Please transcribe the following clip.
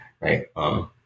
right